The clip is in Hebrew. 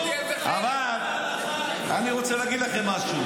אני רוצה להגיד לכם משהו.